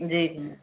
जी जी